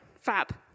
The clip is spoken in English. Fab